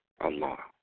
Allah